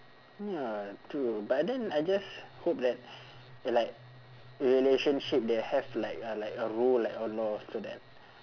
ya true but then I just hope that uh like relationship they have like a like a role like a law after that